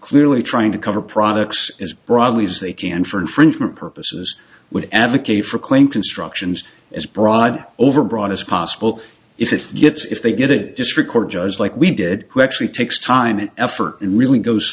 clearly trying to cover products as broadly as they can for infringement purposes would advocate for claim constructions as broad overbroad as possible if it gets if they get it district court judge like we did who actually takes time and effort and really goes